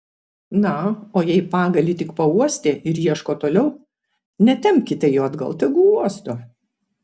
na o jei pagalį tik pauostė ir ieško toliau netempkite jo atgal tegu uosto